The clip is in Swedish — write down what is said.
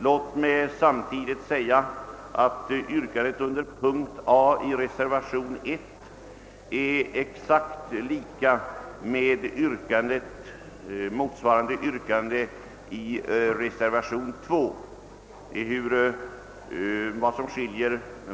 Låt mig samtidigt säga att yrkandet under punkt A i reservationen I är exakt lika med motsvarande yrkande i reservationen II.